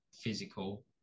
physical